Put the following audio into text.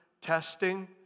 testing